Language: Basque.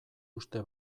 uste